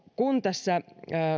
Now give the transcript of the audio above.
kun tässä